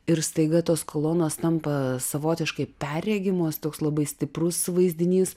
ir staiga tos kolonos tampa savotiškai perregimos toks labai stiprus vaizdinys